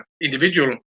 individual